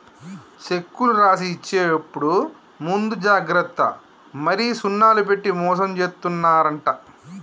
సెక్కులు రాసి ఇచ్చేప్పుడు ముందు జాగ్రత్త మరి సున్నాలు పెట్టి మోసం జేత్తున్నరంట